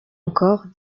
encore